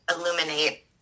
illuminate